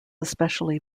especially